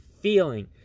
feeling